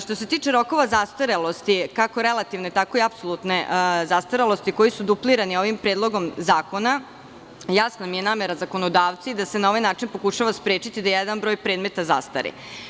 Što se tiče rokova zastarelosti, kako relativne, tako i apsolutne zastarelosti, koji su duplirani ovim predlogom zakona, jasna mi je namera zakonodavca da se na ovaj način pokušava sprečiti da jedan broj predmeta zastari.